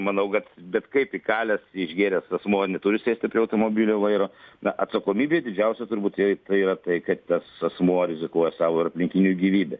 manau kad bet kaip įkalęs išgėręs asmuo neturi sėsti prie automobilio vairo na atsakomybė didžiausia turbūt jei tai yra tai kad tas asmuo rizikuoja savo ir aplinkinių gyvybe